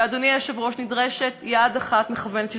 אדוני היושב-ראש, נדרשת יד אחת מכוונת.